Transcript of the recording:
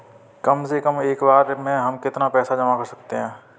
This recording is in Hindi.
कम से कम एक बार में हम कितना पैसा जमा कर सकते हैं?